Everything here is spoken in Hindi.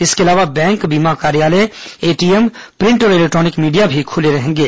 इसके अलावा बैंक बीमा कार्यालय एटीएम प्रिंट और इलेक्ट्रॉनिक मीडिया भी खुले रहेंगे